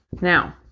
now